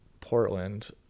Portland